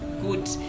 good